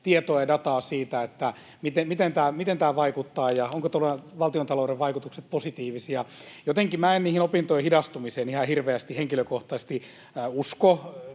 tietoa ja dataa siitä, miten tämä vaikuttaa ja ovatko vaikutukset valtiontalouteen positiivisia. Jotenkin minä en siihen opintojen hidastumiseen ihan hirveästi henkilökohtaisesti usko.